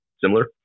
similar